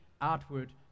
outward